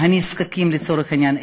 הנזקקים לצורך העניין,